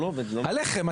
עליכם,